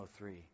103